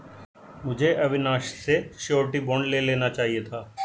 मुझे अविनाश से surety bond ले लेना चाहिए था